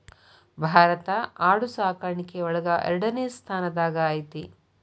ಭಾರತಾ ಆಡು ಸಾಕಾಣಿಕೆ ಒಳಗ ಎರಡನೆ ಸ್ತಾನದಾಗ ಐತಿ